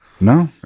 No